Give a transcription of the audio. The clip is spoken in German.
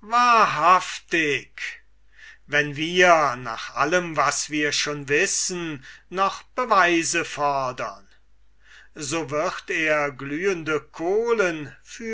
wahrhaftig wenn wir nach allem was wir schon wissen noch beweise fodern so wird er glühende kohlen